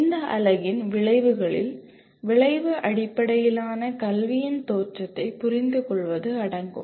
இந்த அலகின் விளைவுகளில் விளைவு அடிப்படையிலான கல்வியின் தோற்றத்தைப் புரிந்துகொள்வது அடங்கும்